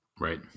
Right